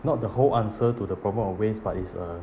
not the whole answer to the problem of waste but is uh